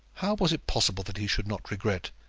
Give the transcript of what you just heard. how was it possible that he should not regret,